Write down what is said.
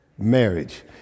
Marriage